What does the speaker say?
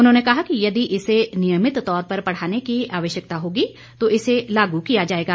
उन्होंने कहा कि यदि इसे नियमित तौर पर पढ़ाने की आवश्यकता होगी तो इसे लागू किया जाएगा